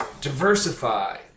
diversify